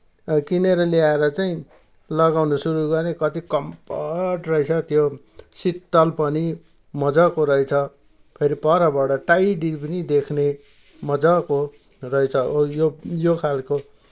किनेर ल्याएर चाहिँ लगाउन सुरू गरेँ कति कम्फोर्ट रहेछ त्यो शीतल पनि मजाको रहेछ फेरि परबाट टाइडी पनि देख्ने मजाको रहेछ यो यो खालको